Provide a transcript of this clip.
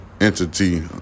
entity